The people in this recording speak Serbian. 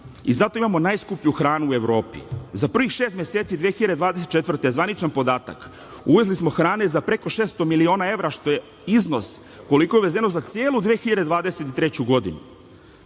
i zato imamo najskuplju hranu u Evropi. Za prvih šest meseci 2024. godine, zvaničan podatak, uvezli smo hrane za preko 600 miliona evra, što je iznos koliko je uvezeno za celu 2023. godinu. Imate